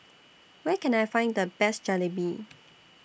Where Can I Find The Best Jalebi